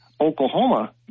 Oklahoma